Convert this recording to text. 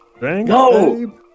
No